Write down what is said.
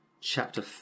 chapter